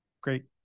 Great